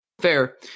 Fair